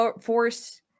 force